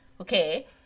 okay